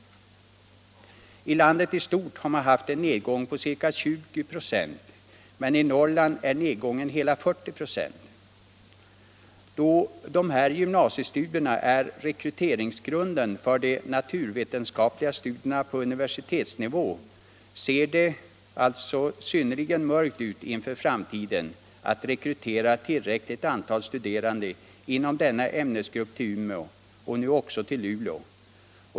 I landet i stort har man haft en nedgång på ca 20 26, men i Norrland är nedgången hela 40 26. Då gymnasiestudierna är rekryteringsgrunden för de naturvetenskapliga studierna på universitetsnivå ser det alltså synnerligen mörkt ut inför framtiden när det gäller att rekrytera tillräckligt antal studerande inom denna ämnesgrupp i Umeå och nu också till Luleå.